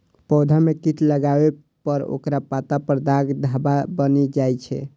पौधा मे कीट लागै पर ओकर पात पर दाग धब्बा बनि जाइ छै